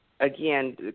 Again